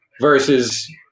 versus